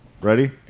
Ready